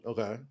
Okay